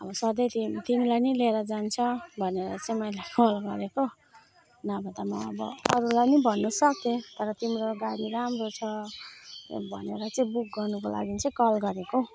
अब सधैँ तिमी तिमीलाई नै लिएर जान्छ भनेर चाहिँ मैले कल गरेको नभए त म अब अरूलाई नि भन्न सक्थेँ तर तिम्रो गाडी राम्रो छ भनेर चाहिँ बुक गर्नको लागि चाहिँ कल गरेको